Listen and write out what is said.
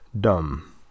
dumb